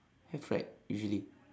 have right usually